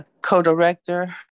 co-director